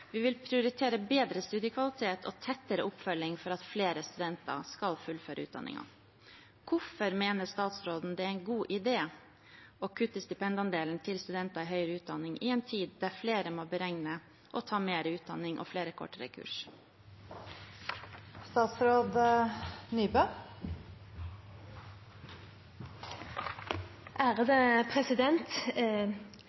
Vi vil prioritere bedre studiekvalitet og tettere oppfølging for at flere studenter skal fullføre utdanningen. Hvorfor mener statsråden det er en god idé å kutte stipendandelen til studenter i høyere utdanning i en tid da flere må beregne å ta mer utdanning og flere kortere